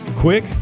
Quick